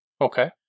Okay